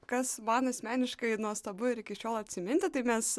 kas man asmeniškai nuostabu ir iki šiol atsiminti tai mes